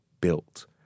built